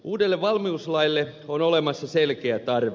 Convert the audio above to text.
uudelle valmiuslaille on olemassa selkeä tarve